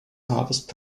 harvest